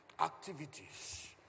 Activities